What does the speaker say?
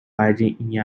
riding